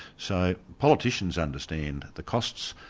so politicians understand the costs,